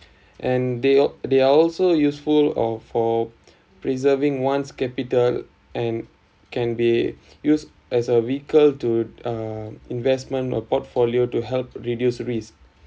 and they are they are also useful or for preserving once capital and can be used as a vehicle to uh investment or portfolio to help reduce risk